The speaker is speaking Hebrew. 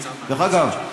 דרך אגב,